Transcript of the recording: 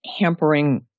hampering